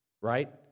right